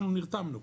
אנחנו נרתמנו.